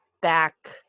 back